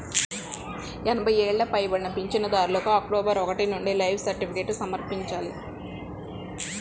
ఎనభై ఏళ్లు పైబడిన పింఛనుదారులు అక్టోబరు ఒకటి నుంచి లైఫ్ సర్టిఫికేట్ను సమర్పించాలి